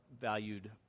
valued